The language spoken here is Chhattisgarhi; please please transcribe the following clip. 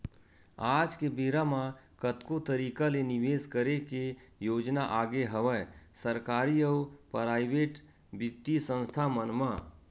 आज के बेरा म कतको तरिका ले निवेस करे के योजना आगे हवय सरकारी अउ पराइेवट बित्तीय संस्था मन म